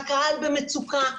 הקהל במצוקה,